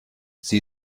sie